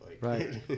right